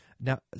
Now